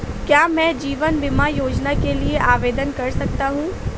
क्या मैं जीवन बीमा योजना के लिए आवेदन कर सकता हूँ?